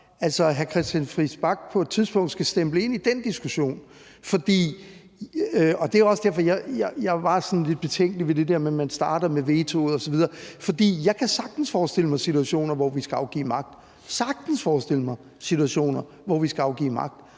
bare, at hr. Christian Friis Bach på et tidspunkt skulle stemple ind i den diskussion. Det var også derfor, at jeg var sådan lidt betænkelig ved det med, at man skulle starte med vetoet osv., for jeg kan sagtens forestille mig situationer, hvor vi skal afgive magt – jeg kan sagtens forestille mig situationer, hvor vi skal afgive magt